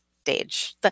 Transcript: stage